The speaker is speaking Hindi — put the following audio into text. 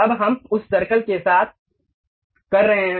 अब हम उस सर्कल के साथ कर रहे हैं